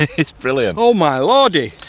it's brilliant. oh my lordy.